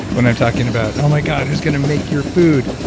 when i'm talking about, oh my god, who's going to make your food?